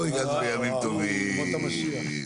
אני חושב